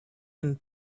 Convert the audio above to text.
and